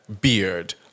beard